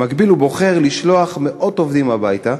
במקביל הוא בוחר לשלוח מאות עובדים הביתה,